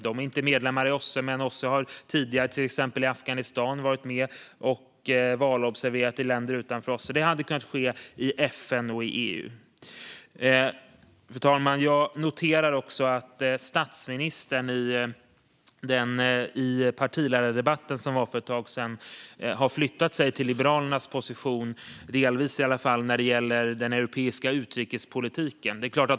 Taiwan är inte medlem i OSSE, men OSSE har tidigare, till exempel i Afghanistan, varit med och valobserverat i länder utanför OSSE. Det skulle också kunna ske genom FN eller EU. Fru talman! Jag noterade också att statsministern i den partiledardebatt som hölls för ett tag sedan hade flyttat sig, åtminstone delvis, till Liberalernas position när det gäller den europeiska utrikespolitiken.